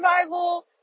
survival